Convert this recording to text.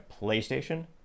PlayStation